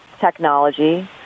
technology